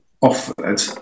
offered